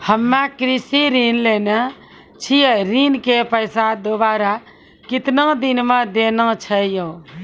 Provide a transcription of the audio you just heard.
हम्मे कृषि ऋण लेने छी ऋण के पैसा दोबारा कितना दिन मे देना छै यो?